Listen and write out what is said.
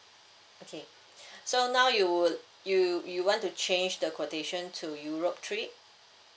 okay so now you would you you want to change the quotation to europe trip